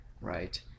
Right